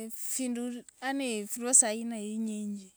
efindu ani filiwosa aina inyingi.